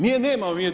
Nje nemamo.